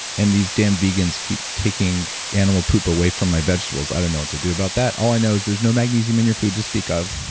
and these damn vegans keep taking animal poop away from my vegetables. i don't know what to do about that. all i know is there's no magnesium in your food to speak of.